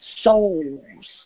souls